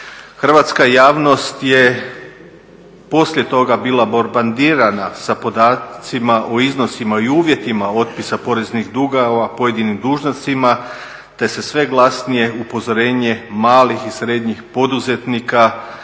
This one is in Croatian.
Hrvatska javnost je poslije toga bila bombardirana sa podacima o iznosima i uvjetima otpisa poreznih dugova pojedinim dužnicima te se sve glasnije upozorenje malih i srednjih poduzetnika o